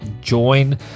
join